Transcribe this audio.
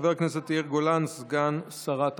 חבר הכנסת יאיר גולן, סגן שרת הכלכלה.